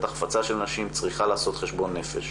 החפצה של נשים צריכה לעשות חשבון נפש.